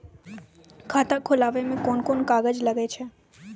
खाता खोलावै मे कोन कोन कागज लागै छै?